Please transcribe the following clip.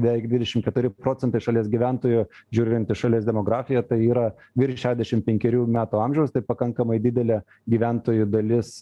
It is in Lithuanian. beveik dvidešim keturi procentai šalies gyventojų žiūrint į šalies demografiją tai yra virš šešiasdešim penkerių metų amžiaus tai pakankamai didelė gyventojų dalis